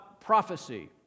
prophecy